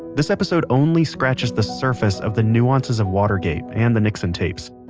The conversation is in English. this episode only scratches the surface of the nuances of watergate and the nixon tapes.